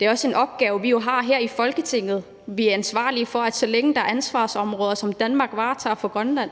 Det er også en opgave, vi jo har her i Folketinget. Vi er ansvarlige for, at så længe der er ansvarsområder, som Danmark varetager for Grønland,